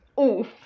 Oof